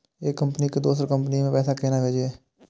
एक कंपनी से दोसर कंपनी के पैसा केना भेजये?